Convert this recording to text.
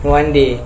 one day